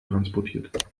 transportiert